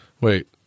Wait